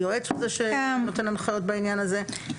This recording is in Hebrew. היועץ הוא זה שנותן הנחיות בעניין הזה,